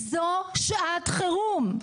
זו שעת חירום,